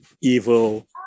evil